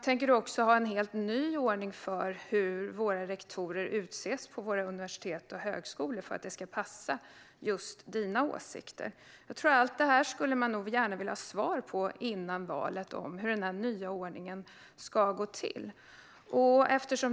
Tänker du också ha en helt ny ordning för hur rektorer för universitet och högskolor utses för att det ska passa just dina åsikter? Frågan om hur den nya ordningen ska gå till skulle man gärna vilja ha svar på före valet.